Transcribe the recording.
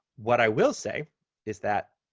what i will say is that